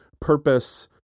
purpose